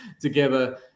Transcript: together